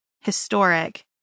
historic